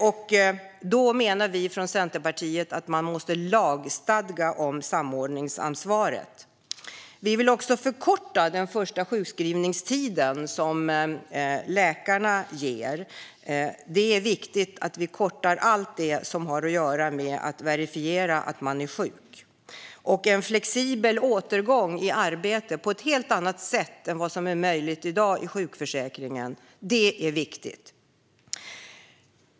Därför menar vi från Centerpartiet att samordningsansvaret måste lagstadgas. Vi vill även förkorta den första sjukskrivningstiden som läkarna ger. Det är viktigt att vi kortar allt som har att göra med att verifiera att man är sjuk. Vi vill också att återgången till arbete ska vara flexibel på ett helt annat sätt än vad som i dag är möjligt i sjukförsäkringen. Det är viktigt.